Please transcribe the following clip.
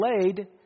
delayed